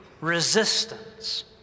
resistance